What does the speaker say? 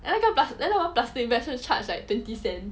then 那个 plastic bag 是 charged like twenty cents